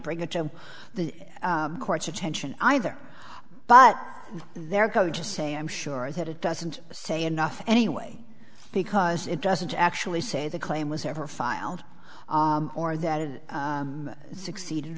bring it to the court's attention either but they're going to say i'm sure that it doesn't say enough anyway because it doesn't actually say the claim was ever filed or that it succeeded